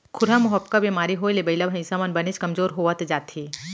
खुरहा मुहंपका बेमारी होए ले बइला भईंसा मन बनेच कमजोर होवत जाथें